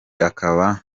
akaba